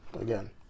again